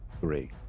Three